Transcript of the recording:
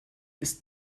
ist